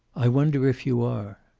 i wonder if you are!